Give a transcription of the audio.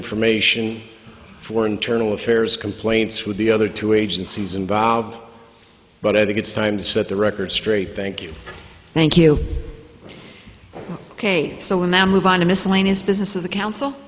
information for internal affairs complaints with the other two agencies involved but i think it's time to set the record straight thank you thank you ok so now move on to miscellaneous business of the council